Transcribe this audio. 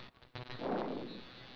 but you haven't tried any games yet